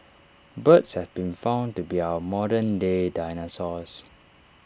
birds have been found to be our modern day dinosaurs